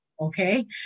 Okay